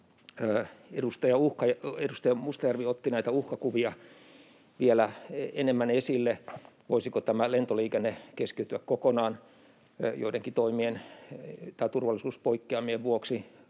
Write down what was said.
Edustaja Mustajärvi otti näitä uhkakuvia vielä enemmän esille. Voisiko tämä lentoliikenne keskeytyä kokonaan joidenkin toimien tai turvallisuuspoikkeamien vuoksi